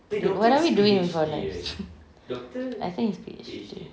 wait what are we doing with our lives I think it's P_H_D